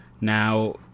Now